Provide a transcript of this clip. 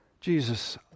Jesus